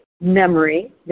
memory